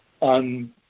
on